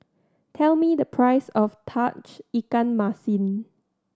tell me the price of Tauge Ikan Masin